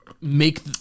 make